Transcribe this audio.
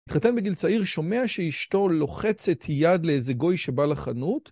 התחתן בגיל צעיר, שומע שאשתו לוחצת יד לאיזה גוי שבא לחנות?